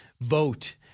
vote